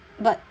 but